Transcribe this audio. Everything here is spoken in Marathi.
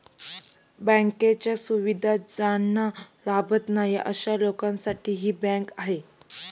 बँकांच्या सुविधा ज्यांना लाभत नाही अशा लोकांसाठी ही बँक आहे